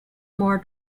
more